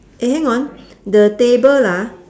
eh hang on the table ah